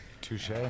Touche